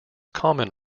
common